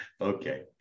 Okay